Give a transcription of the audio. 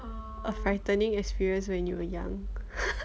a frightening experience when you were young